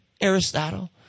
Aristotle